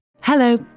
Hello